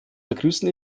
begrüßen